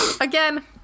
again